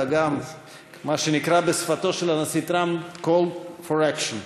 אלא גם מה שנקרא בשפתו של הנשיא טראמפ call for action,